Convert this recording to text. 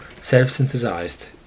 self-synthesized